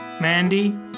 Mandy